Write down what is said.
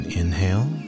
inhale